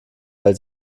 weil